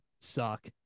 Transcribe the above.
suck